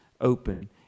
open